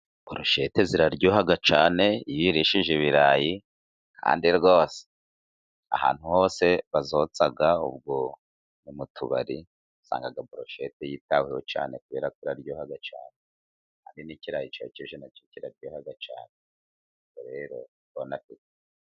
Boroshete ziraryoha cyane iyo uyirishije ibirayi. Kandi rwose ahantu hose bazotsa, ubwo ni mu tubari, usanga boroshete yitaweho cyane kubera ko iraryoha cyane. Kandi n'ikirayi cyokeje na cyo kiraryoha cyane. Ubwo rero bonapeti.